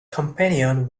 companion